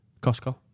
Costco